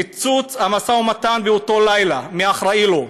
פיצוץ המשא-ומתן באותו לילה, מי אחראי לו,